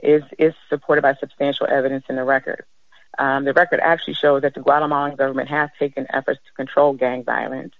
is is supported by substantial evidence in the record the record actually show that the guatemalan government has taken efforts to control gang violence